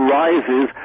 rises